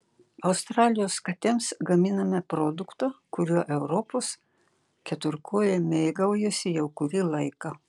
australijos katėms gaminame produktą kuriuo europos keturkojai mėgaujasi jau kurį laiką